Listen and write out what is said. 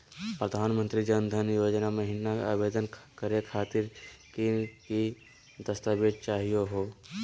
प्रधानमंत्री जन धन योजना महिना आवेदन करे खातीर कि कि दस्तावेज चाहीयो हो?